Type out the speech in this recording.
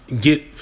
get